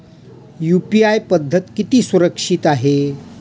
UPI पद्धत किती सुरक्षित आहे?